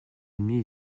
ennemis